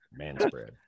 manspread